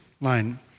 line